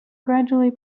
gradually